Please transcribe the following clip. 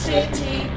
City